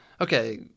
okay